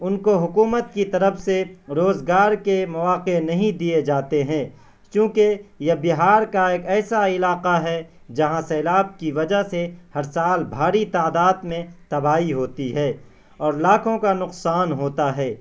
ان کو حکومت کی طرف سے روزگار کے مواقع نہیں دیے جاتے ہیں چونکہ یہ بہار کا ایک ایسا علاقہ ہے جہاں سیلاب کی وجہ سے ہر سال بھاری تعداد میں تباہی ہوتی ہے اور لاکھوں کا نقصان ہوتا ہے